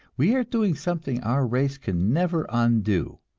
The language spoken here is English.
we are doing something our race can never undo.